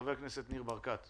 חבר הכנסת ניר ברקת.